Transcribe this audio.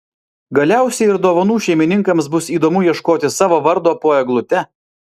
galiausiai ir dovanų šeimininkams bus įdomu ieškoti savo vardo po eglute